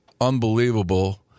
unbelievable